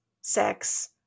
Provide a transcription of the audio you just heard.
sex